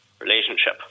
relationship